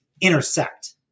intersect